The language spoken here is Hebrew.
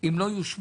אם לא יאושרו